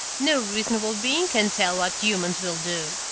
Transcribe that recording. no reasonable being can tell what humans will do,